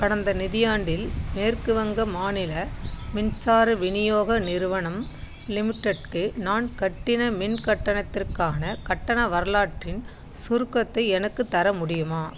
கடந்த நிதியாண்டில் மேற்கு வங்க மாநில மின்சார விநியோக நிறுவனம் லிமிடெட்க்கு நான் கட்டிய மின் கட்டணத்திருக்கான கட்டண வரலாற்றின் சுருக்கத்தை எனக்குத் தர முடியுமா